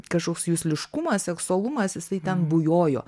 kažkoks jusliškumas seksualumas jisai ten bujojo